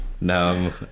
No